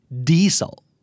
diesel